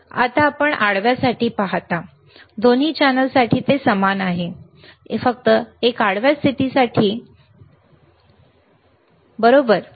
आता आपण आडव्यासाठी पाहता दोन्ही चॅनेलसाठी ते समान आहे फक्त एक आडव्या स्थितीसाठी बरोबर